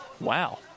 Wow